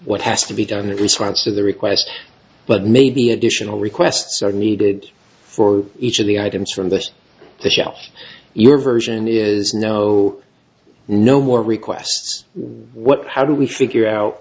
what has to be done in response to the request but maybe additional requests are needed for each of the items from that the shelf your version is no no more requests what how do we figure out